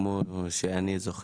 ס': אני כמו שאני זוכר